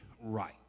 right